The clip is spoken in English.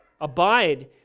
abide